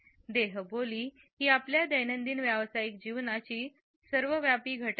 देहबोली ही आपल्या दैनंदिन व्यावसायिक जीवनाची सर्वव्यापी घटना आहे